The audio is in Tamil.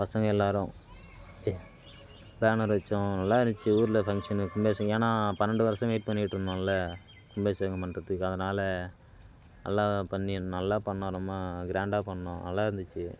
பசங்கள் எல்லோரும் எ பேனர் வச்சோம் நல்லா இருந்துச்சு ஊரில் ஃபங்க்ஷனு கும்பாபிஷேகம் ஏன்னால் பன்னெண்டு வருஷம் வெயிட் பண்ணிட்டுருந்தோன்ல கும்பாபிஷேகம் பண்ணுறத்துக்கு அதனால் நல்லா பண்ணி நல்லா பண்ணோம் ரொம்ம கிராண்டாக பண்ணிணோம் நல்லா இருந்துச்சு